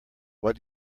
what